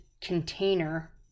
container